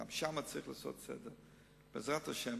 גם שם צריך לעשות סדר, בעזרת השם.